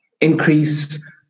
increase